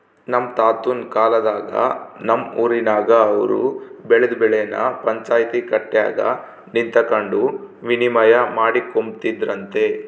ನಮ್ ತಾತುನ್ ಕಾಲದಾಗ ನಮ್ ಊರಿನಾಗ ಅವ್ರು ಬೆಳ್ದ್ ಬೆಳೆನ ಪಂಚಾಯ್ತಿ ಕಟ್ಯಾಗ ನಿಂತಕಂಡು ವಿನಿಮಯ ಮಾಡಿಕೊಂಬ್ತಿದ್ರಂತೆ